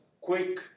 quick